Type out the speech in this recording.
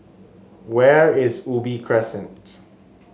where is Ubi Crescent